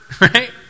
right